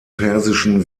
persischen